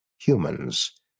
humans